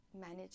manage